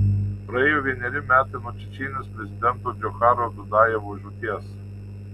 praėjo vieneri metai nuo čečėnijos prezidento džocharo dudajevo žūties